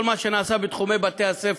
הקימה קבוצות "שומרי מסך" בתחומי בתי-הספר,